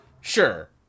Sure